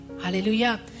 Hallelujah